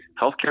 healthcare